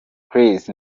chris